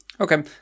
Okay